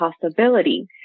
Possibility